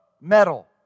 metal